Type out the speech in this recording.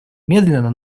медленно